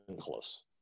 close